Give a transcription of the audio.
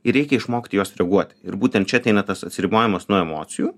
ir reikia išmokt į juos reaguoti ir būtent čia ateina tas atsiribojimas nuo emocijų